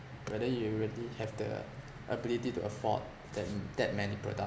whether you really have the ability to afford than that many products